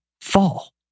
fall